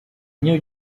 knew